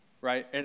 right